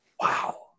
wow